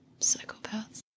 Psychopaths